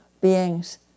beings